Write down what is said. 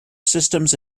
systems